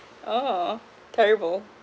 oh terrible